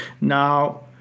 Now